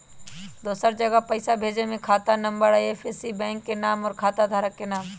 दूसरा जगह पईसा भेजे में खाता नं, आई.एफ.एस.सी, बैंक के नाम, और खाता धारक के नाम?